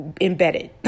embedded